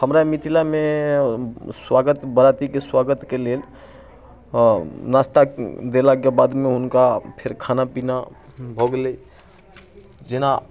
हमरा मिथिलामे स्वागत बरातीके स्वागतके लेल नाश्ता देलाके बादमे हुनका फेर खाना पीना भऽ गेलै जेना